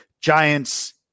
Giants